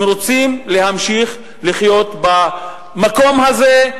הם רוצים להמשיך לחיות במקום הזה,